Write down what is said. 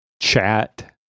chat